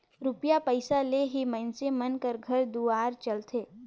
रूपिया पइसा ले ही मइनसे मन कर घर दुवार चलथे